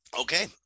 Okay